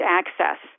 access